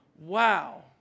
Wow